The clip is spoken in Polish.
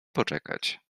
poczekać